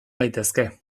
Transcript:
gaitezke